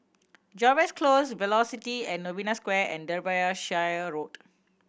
Jervois Close Velocity at Novena Square and Derbyshire Road